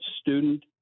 student